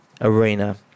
arena